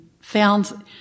found